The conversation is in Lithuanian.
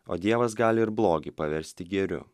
o dievas gali ir blogį paversti gėriu